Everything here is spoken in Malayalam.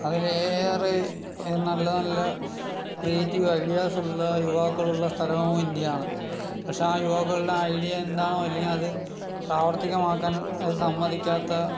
അതിന് ഏറെ നല്ല നല്ല ക്രീയേറ്റിവ് ഐഡിയസ് ഉള്ള യുവാക്കൾ ഉള്ള സ്ഥലം ഇന്ത്യ ആണ് പക്ഷെ ആ യുവാക്കളുടെ ഐഡിയ എന്താണോ അല്ലെങ്കിൽ അത് പ്രാവർത്തികമാക്കാൻ സമ്മതിക്കാത്ത